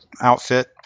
outfit